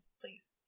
Please